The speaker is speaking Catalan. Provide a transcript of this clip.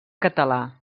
català